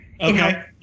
Okay